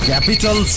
Capital